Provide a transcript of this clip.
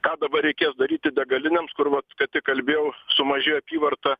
ką dabar reikės daryti degalinėms kur vat ką tik kalbėjau sumažėjo apyvarta